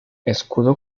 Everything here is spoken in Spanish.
escudo